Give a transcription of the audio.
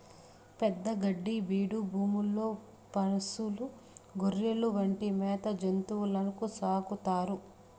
పెద్ద గడ్డి బీడు భూముల్లో పసులు, గొర్రెలు వంటి మేత జంతువులను సాకుతారు